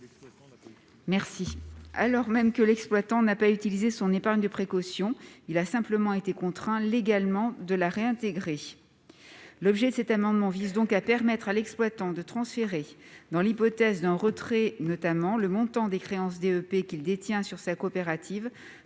alors même que l'exploitant n'a pas utilisé son épargne de précaution, ayant simplement été contraint légalement de la réintégrer. Par cet amendement, il s'agit donc de permettre à l'exploitant de transférer, notamment dans l'hypothèse d'un retrait, le montant des créances DEP qu'il détient sur sa coopérative